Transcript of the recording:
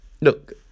look